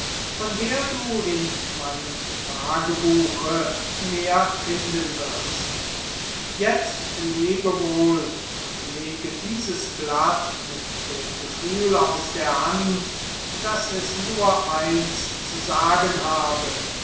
von der du in meinem tagebuche mehr finden wirst jetzt lebe wohl und lege dieses blatt mit dem gefühl aus der hand daß es nur eins zu sagen habe